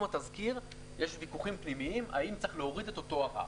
התזכיר יש ויכוחים פנימיים האם צריך להוריד את אותו הרף,